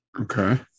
Okay